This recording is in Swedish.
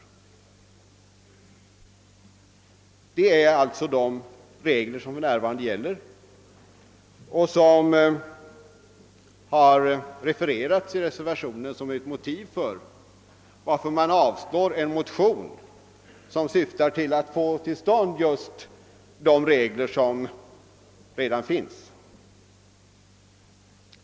Detta är alltså de regler som för närvarande gäller och som har refererats i reservationen såsom ett motiv för avstyrkande av en motion, som syftar till att få till stånd just de regler som redan finns.